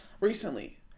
Recently